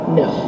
no